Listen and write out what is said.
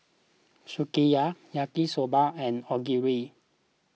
Sukiyaki Yaki Soba and Onigiri